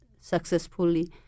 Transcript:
successfully